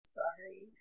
sorry